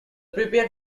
prepared